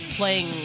playing